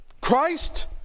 Christ